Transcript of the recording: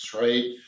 right